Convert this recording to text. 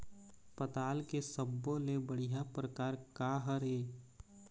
पताल के सब्बो ले बढ़िया परकार काहर ए?